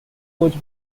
coach